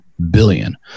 billion